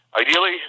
Ideally